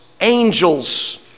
angels